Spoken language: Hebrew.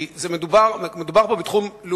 כי מדובר פה בתחום לאומי,